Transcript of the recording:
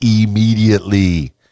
immediately